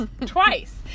twice